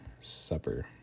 supper